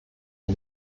wir